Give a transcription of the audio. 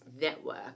network